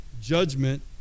judgment